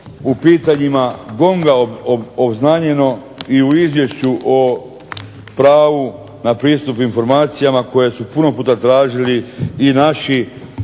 u pitanjima GONG-a obznanjeno i u izvješću o pravu na pristup informacijama koje su puno puta tražili i naši